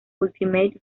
ultimate